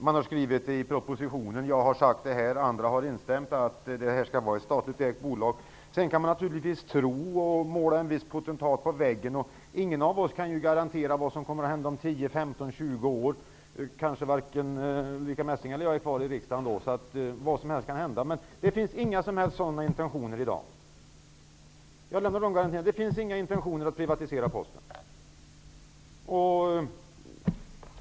Det står skrivet i propositionen -- och jag har sagt det här, och andra har instämt -- att det skall vara ett statligt ägt bolag. Sedan kan man naturligtvis tro det ena eller det andra och måla en viss potentat på väggen. Ingen av oss kan garantera vad som kommer att hända om 10, 15 eller 20 år. Kanske ingen av oss båda, Ulrica Messing, sitter i riksdagen då. Vad som helst kan alltså hända. Men jag kan säga att det i dag inte finns några som helst intentioner att privatisera Posten.